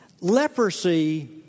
Leprosy